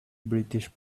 british